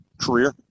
career